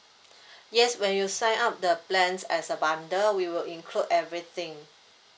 yes when you sign up the plans as a bundle we will include everything